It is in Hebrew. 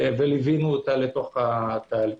וליווינו אותה לתוך התהליך.